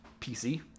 PC